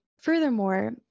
Furthermore